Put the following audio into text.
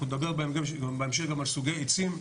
אנחנו נדבר בהמשך גם על סוגי עצים,